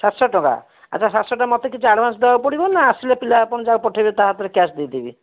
ସାତଶହ ଟଙ୍କା ଆଚ୍ଛା ସାତଶହ ଟଙ୍କା ମୋତେ କିଛି ଆଡ଼ଭାନ୍ସ ଦେବାକୁ ପଡ଼ିବ ନା ଆସିଲେ ପିଲା ଆପଣ ଯାହାକୁ ପଠେଇବେ ତା ହାତରେ କ୍ୟାସ୍ ଦେଇଦେବି